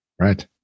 Right